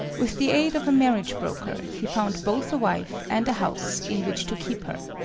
with the aid of a marriage-broker, he found both a wife and a house in which to keep her.